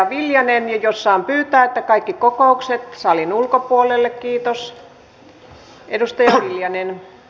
ja jos saan pyytää kaikki kokoukset salin ulkopuolelle kiitos